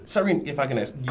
cyrene if i can ask you